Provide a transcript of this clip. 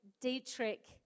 Dietrich